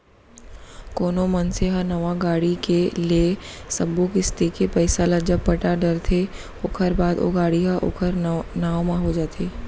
कोनो मनसे ह नवा गाड़ी के ले सब्बो किस्ती के पइसा ल जब पटा डरथे ओखर बाद ओ गाड़ी ह ओखर नांव म हो जाथे